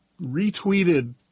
retweeted